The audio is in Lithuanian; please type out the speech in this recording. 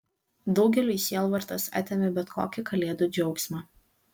daugeliui sielvartas atėmė bet kokį kalėdų džiaugsmą